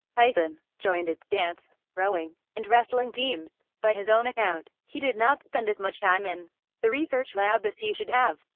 tyson joined its dance, rowing, and wrestling teams. by his own account he did not spend as much time in the research lab as he should have.